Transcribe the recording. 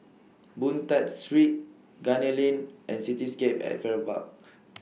Boon Tat Street Gunner Lane and Cityscape At Farrer Park